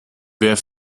wer